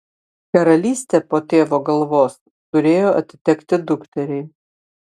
karalystė po tėvo galvos turėjo atitekti dukteriai